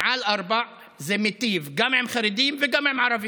מעל ארבעה זה מיטיב גם עם חרדים וגם עם ערבים.